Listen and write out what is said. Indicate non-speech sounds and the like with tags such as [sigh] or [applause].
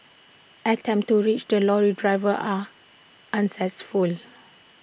attempts to reach the lorry driver are [unintelligible]